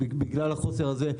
בגלל החוסר הזה,